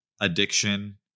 addiction